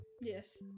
Yes